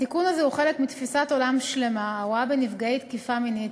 התיקון הזה הוא חלק מתפיסת עולם שלמה הרואה בנפגעי תקיפה מינית